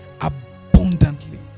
abundantly